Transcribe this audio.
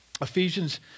Ephesians